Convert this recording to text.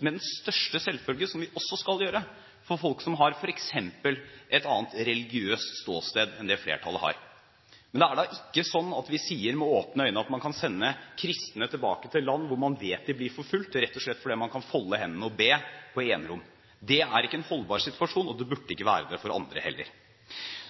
med den største selvfølge – som vi også skal gjøre – til folk som f.eks. har et annet religiøst ståsted enn det flertallet har. Men det er da ikke slik at vi med åpne øyne sender kristne tilbake til land hvor man vet at de blir forfulgt, rett og slett fordi man kan folde hendene og be på enerom? Det er ikke en holdbar situasjon, og det burde ikke være det for andre heller.